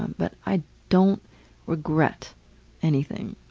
but i don't regret anything.